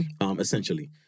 Essentially